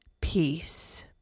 peace